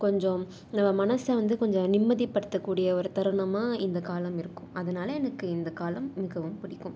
கொஞ்சம் நம்ப மனசை வந்து கொஞ்சம் நிம்மதி படுத்தக்கூடிய ஒரு தருணமாக இந்த காலம் இருக்கும் அதனால எனக்கு இந்த காலம் மிகவும் பிடிக்கும்